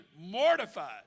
mortified